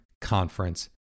Conference